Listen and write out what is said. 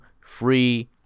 Free